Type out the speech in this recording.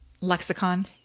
lexicon